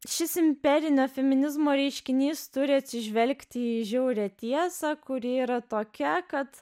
šis imperinio feminizmo reiškinys turi atsižvelgti į žiaurią tiesą kuri yra tokia kad